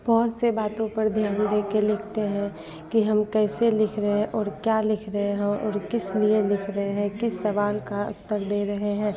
बहुत से बातों पर ध्यान देकर लिखते हैं कि हम कैसे लिख रहे हैं और क्या लिख रहे हैं और किस लिए लिख रहे हैं किस सवाल का उत्तर दे रहे हैं